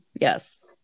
yes